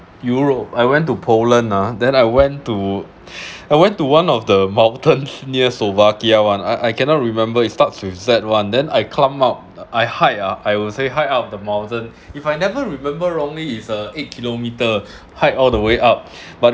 europe I went to poland ah then I went to I went to one of the mountains near slovakia one I I cannot remember it starts with Z one then I come out I hike ah I will say hike up the mountain if I never remember wrongly it's the eight kilometre hike all the way up but